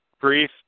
Brief